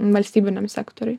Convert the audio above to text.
valstybiniam sektoriui